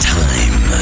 time